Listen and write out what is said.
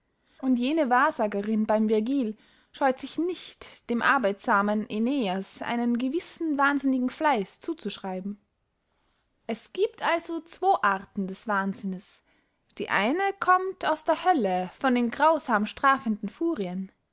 und jene wahrsagerinn beym virgil scheut sich nicht dem arbeitsamen aeneas einen gewissen wahnsinnigen fleiß zuzuschreiben es giebt also zwo arten des wahnsinnes die eine kömmt aus der hölle von den grausamstrafenden furien